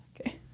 Okay